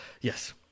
yes